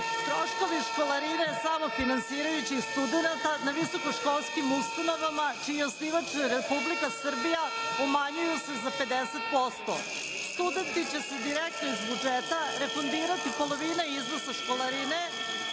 Troškovi školarine samofinansirajućih studenata na visokoškolskim ustanovama čiji je osnivač Republika Srbija umanjuju se za 50%. Studentima će se direktno iz budžeta refundirati polovina iznosa školarine